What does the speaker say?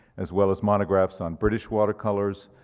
as well as monographs on british watercolors,